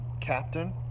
captain